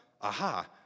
aha